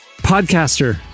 podcaster